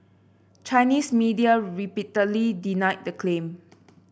Chinese media repeatedly denied the claim